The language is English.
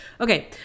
okay